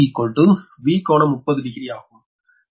எனவே Vab V∟300 degree ஆகும்